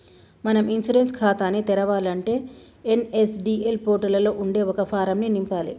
మనం ఇన్సూరెన్స్ ఖాతాని తెరవాలంటే ఎన్.ఎస్.డి.ఎల్ పోర్టులలో ఉండే ఒక ఫారం ను నింపాలి